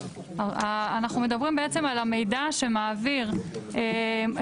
אנחנו מדברים בעצם על המידע שמעביר מוקד